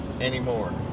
anymore